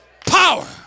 power